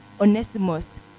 Onesimus